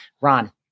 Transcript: Ron